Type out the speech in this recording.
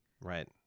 Right